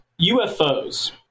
UFOs